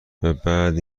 بعد